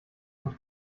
von